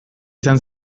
izan